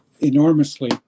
enormously